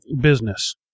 business